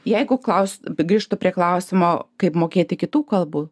jeigu klaus grįžtu prie klausimo kaip mokėti kitų kalbų